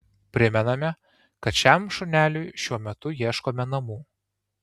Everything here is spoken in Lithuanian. primename kad šiam šuneliui šiuo metu ieškome namų